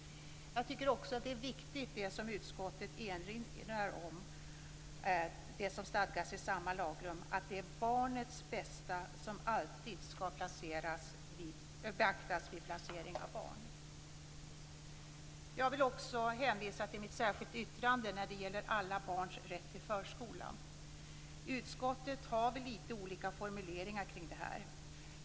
Jag tycker också att det är viktigt, som utskottet erinrar om och som stadgas i samma lagrum, att det är barnets bästa som alltid skall beaktas vid placering av barn. Jag vill också hänvisa till mitt särskilda yttrande om alla barns rätt till förskola. I utskottet har vi lite olika formuleringar kring detta.